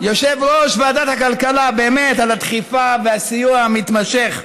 יושב-ראש ועדת הכלכלה, על הדחיפה והסיוע המתמשך.